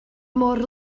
môr